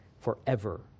forever